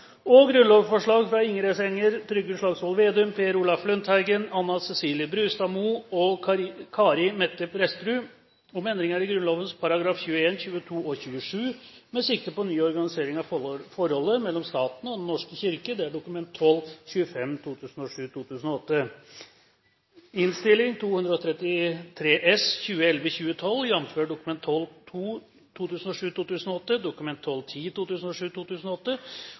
Trygve Slagsvold Vedum, Per Olaf Lundteigen, Anna Ceselie Brustad Moe og Kari Mette Prestrud om endringer i Grunnloven §§ 21, 22 og 27 med sikte på ny organisering av forholdet mellom staten og Den norske kirke – bifalles.» Det voteres alternativt mellom dette forslaget og komiteens innstilling